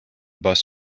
bus